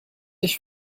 ich